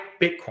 Bitcoin